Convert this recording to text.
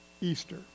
Easter